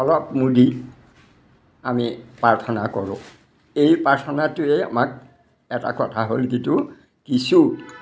অলপ মুদি আমি প্ৰাৰ্থনা কৰোঁ এই প্ৰাৰ্থনাটোৱেই আমাক এটা কথা হ'ল কিটো কিছু